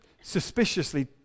suspiciously